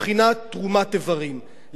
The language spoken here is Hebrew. מבחינת תרומת איברים.